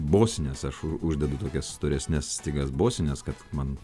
bosines aš uždedu tokias storesnes stygas bosines kad man